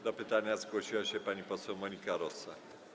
Do pytania zgłosiła się pani poseł Monika Rosa.